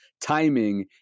timing